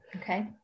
Okay